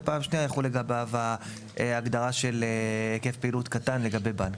ופעם שנייה תחול לגביו ההגדרה של היקף פעילות קטן לגבי בנק,